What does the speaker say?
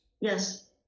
Yes